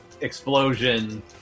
explosion